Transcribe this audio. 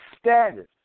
status